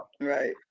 Right